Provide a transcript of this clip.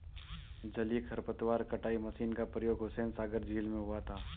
जलीय खरपतवार कटाई मशीन का प्रयोग हुसैनसागर झील में हुआ था